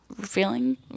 feeling